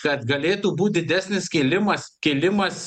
kad galėtų būt didesnis kilimas kilimas